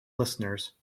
listeners